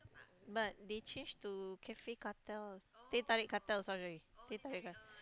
but they change to Cafe-Cartel teh-tarik Cartel sorry sorry teh-tarik Cartel